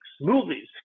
movies